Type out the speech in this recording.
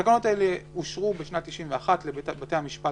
התקנות האלה אושרו בשנת 1991 לבתי המשפט